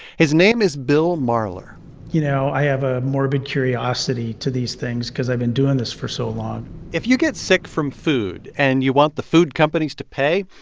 his name is bill marler you know, i have a morbid curiosity to these things cause i've been doing this for so long if you get sick from food and you want the food companies to pay,